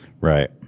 Right